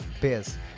Biz